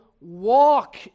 walk